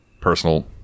personal